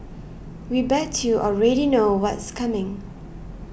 we bet you already know what's coming